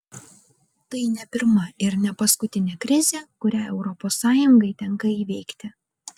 tai ne pirma ir ne paskutinė krizė kurią europos sąjungai tenka įveikti